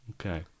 Okay